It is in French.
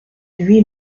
huit